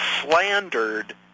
slandered